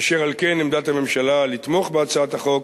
אשר על כן, עמדת הממשלה לתמוך בהצעת החוק,